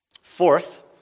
Fourth